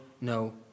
no